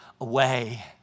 away